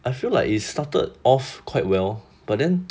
I feel like it's started off quite well but then